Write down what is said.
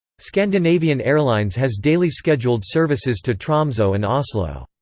scandinavian airlines has daily scheduled services to tromso and oslo.